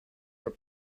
were